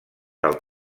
del